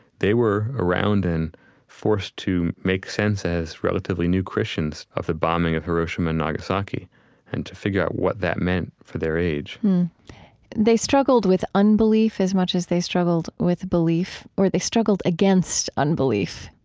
they were around and forced to make sense as relatively new christians of the bombing of hiroshima and nagasaki and to figure out what that meant for their age they struggled with unbelief as much as they struggled with belief. or they struggled against unbelief.